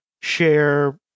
share